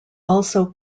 also